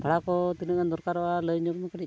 ᱵᱷᱟᱲᱟ ᱠᱚ ᱛᱤᱱᱟᱹᱜ ᱜᱟᱱ ᱫᱚᱨᱠᱟᱨᱚᱜᱼᱟ ᱞᱟᱹᱭ ᱧᱚᱜᱽᱢᱮ ᱠᱟᱹᱴᱤᱡ